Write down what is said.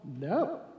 no